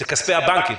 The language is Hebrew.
אלה כספי הבנקים,